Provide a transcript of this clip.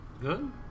Good